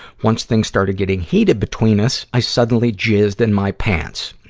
once things started getting heated between us, i suddenly jizzed in my pants.